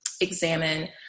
examine